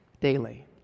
daily